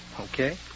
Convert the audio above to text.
Okay